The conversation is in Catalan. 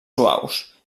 suaus